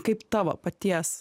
kaip tavo paties